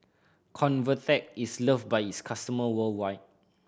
Convatec is loved by its customer worldwide